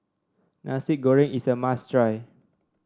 Nasi Goreng is a must try